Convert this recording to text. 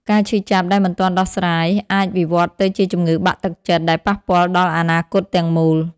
ការឈឺចាប់ដែលមិនទាន់ដោះស្រាយ អាចវិវត្តទៅជាជំងឺបាក់ទឹកចិត្ត ដែលប៉ះពាល់ដល់អនាគតទាំងមូល។